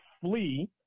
flee